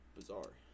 bizarre